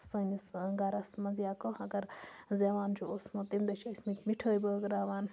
سٲنِس گَرَس منٛز یا کانٛہہ اگر زٮ۪وان چھُ اوسمُت تمہِ دۄہ چھِ ٲسمٕتۍ مِٹھٲے بٲگراوان